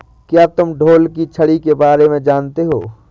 क्या तुम ढोल की छड़ी के बारे में जानते हो?